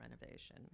renovation